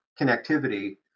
connectivity